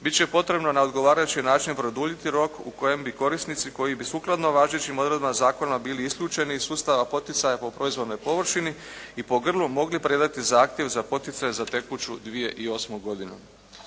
će potrebno na odgovarajući način produljiti rok u kojem bi korisnici koji bi sukladno važećim odredbama zakona bili isključeni iz sustava poticaja po proizvodnoj površini i po grlu mogli predati zahtjev za poticaje za tekuću 2008. godinu.